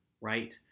Right